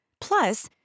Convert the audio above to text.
Plus